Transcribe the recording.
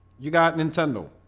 you got nintendo,